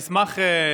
כן, אני אשמח.